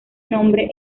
nombre